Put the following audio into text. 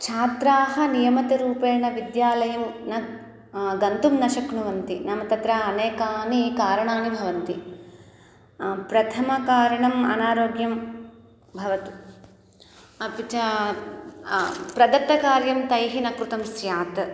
छात्राः नियमितरूपेण विद्यालयं न गन्तुं न शक्नुवन्ति नाम तत्र अनेकानि कारणानि भवन्ति प्रथमकारणम् अनारोग्यं भवतु अपि च प्रदत्तकार्यं तैः न कृतं स्यात्